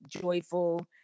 joyful